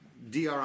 Dri